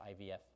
IVF